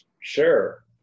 Sure